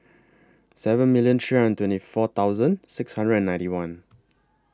seven million three hundred and twenty four six hundred and ninety one